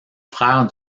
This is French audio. frère